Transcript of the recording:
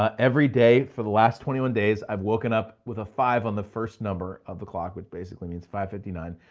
every day for the last twenty one days i've woken up with a five on the first number of the clock would basically means five fifty nine,